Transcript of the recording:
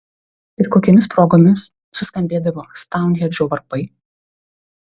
ir kokiomis progomis suskambėdavo stounhendžo varpai